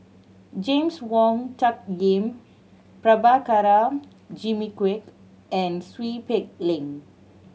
James Wong Tuck Yim Prabhakara Jimmy Quek and Seow Peck Leng